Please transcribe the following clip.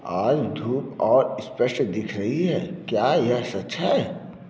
आज धूप और स्पष्ट दिख रही है क्या यह सच है